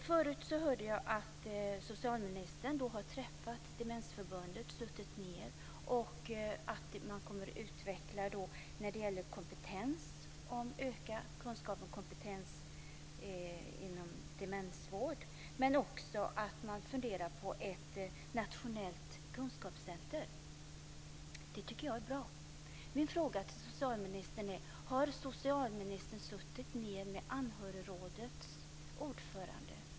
Jag har hört att socialministern har träffat representanter för Demensförbundet och diskuterat utökad kunskap och kompetens inom demensvård och även ett nationellt kunskapscenter. Det är bra. Har socialministern suttit ned med Anhörigrådets ordförande?